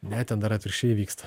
ne ten dar atvirkščiai įvyksta